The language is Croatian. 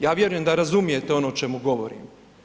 Ja vjerujem da razumijete ono o čemu govorim.